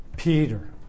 Peter